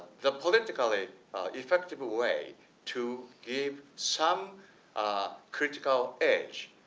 the politically effective way to give some critical age